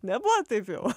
nebuvo taip jau